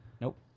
Nope